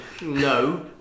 No